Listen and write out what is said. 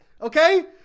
Okay